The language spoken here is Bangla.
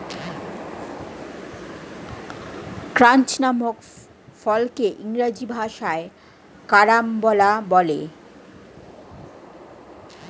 ক্রাঞ্চ নামক ফলকে ইংরেজি ভাষায় কারাম্বলা বলে